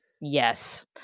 Yes